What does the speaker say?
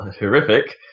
horrific